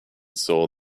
saw